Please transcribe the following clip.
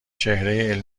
چهره